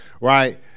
right